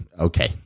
Okay